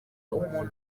umuntu